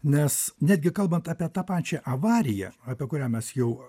nes netgi kalbant apie tą pačią avariją apie kurią mes jau